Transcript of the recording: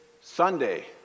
Sunday